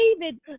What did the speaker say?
David